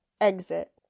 exit